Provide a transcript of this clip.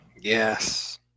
Yes